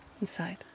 inside